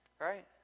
Right